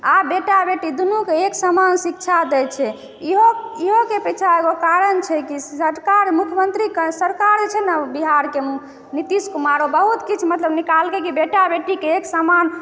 आब बेटा बेटी दुनूके एक सामान शिक्षा दैत छै इहोके पाछा एगो कारण छै सरकार मुख्यमन्त्रीके सरकार जे छै ने बिहारके नीतीश कुमार मतलब ओ बहुत किछु निकाललकै हँ कि बेटा बेटीके एक समान